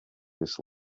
this